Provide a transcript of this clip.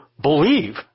believe